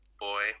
Boy